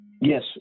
Yes